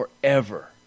forever